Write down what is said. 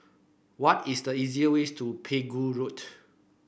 what is the easier ways to Pegu Road